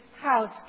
house